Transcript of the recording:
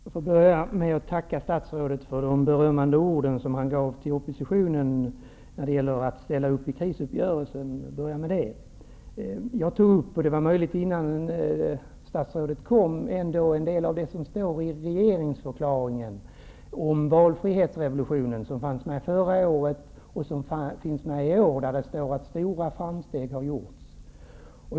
Herr talman! Jag vill börja med att tacka statsrådet för de berömmande orden till oppositionen för att den ställde sig bakom krisuppgörelsen. Jag tog upp en del av det som står i regeringsförklaringen -- det är möjligt att statsrådet inte hade hunnit komma hit då -- om valfrihetsrevolutionen, vilket fanns med i både årets och förra årets deklaration. Det står att stora framsteg har gjorts.